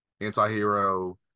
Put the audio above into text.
anti-hero